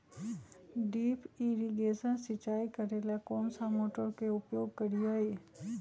Drip irrigation सिंचाई करेला कौन सा मोटर के उपयोग करियई?